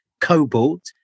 cobalt